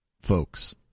folks